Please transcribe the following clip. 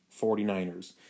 49ers